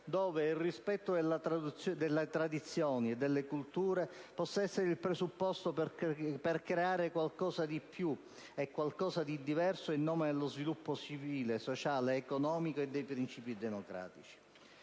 ove il rispetto delle tradizioni e delle culture possa essere il presupposto per creare qualcosa di più e di diverso in nome dello sviluppo civile, sociale ed economico, e dei principi democratici.